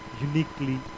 uniquely